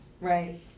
Right